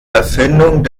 erfindung